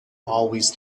always